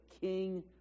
king